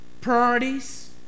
priorities